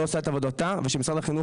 לא עושה את עבודתה ושמשרד החינוך,